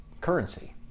currency